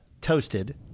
toasted